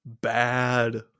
bad